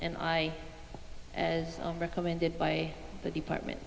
and i as recommended by the department